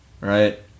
right